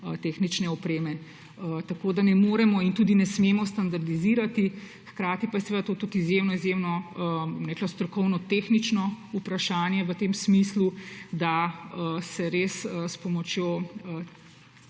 tehnične opreme, tako da ne moremo in tudi ne smemo standardizirati. Hkrati pa je to tudi izjemno strokovno-tehnično vprašanje v tem smislu, da se res s pomočjo